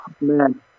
Man